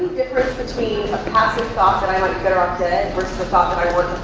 difference between a passive thought that i might be better off dead versus a thought that